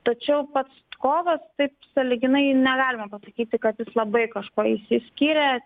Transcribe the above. tačiau pats kovas taip sąlyginai negalima pasakyti kad jis labai kažkuo išsiskyrė